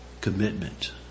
commitment